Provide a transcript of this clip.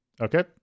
Okay